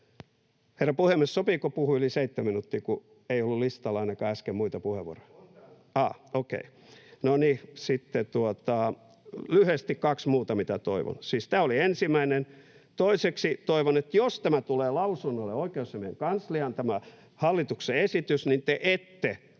Herra puhemies, sopiiko puhua yli seitsemän minuuttia, kun ei ollut listalla ainakaan äsken muita puheenvuoroja? [Aki Lindén: On täällä!] — Okei. — No niin, sitten lyhyesti kaksi muuta, mitä toivon — siis tämä oli ensimmäinen. Toiseksi toivon, että jos tämä hallituksen esitys tulee lausunnolle oikeusasiamiehen kansliaan, niin te ette